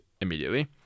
immediately